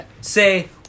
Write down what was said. say